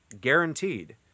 Guaranteed